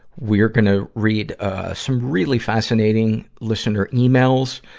we're gonna read ah some really fascinating listener emails,